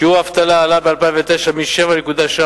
שיעור האבטלה עלה ב-2009 ל-7.6%,